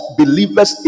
believers